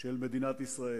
של מדינת ישראל,